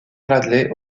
bradley